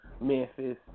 Memphis